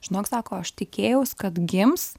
žinok sako aš tikėjaus kad gims